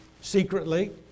secretly